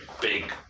big